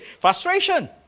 Frustration